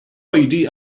oedi